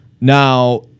Now